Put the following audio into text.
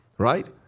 right